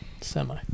semi